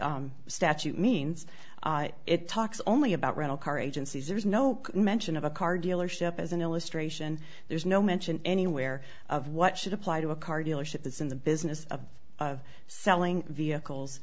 statute means it talks only about rental car agencies there's no mention of a car dealership as an illustration there's no mention anywhere of what should apply to a car dealership is in the business of selling vehicles